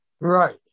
Right